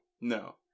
No